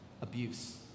abuse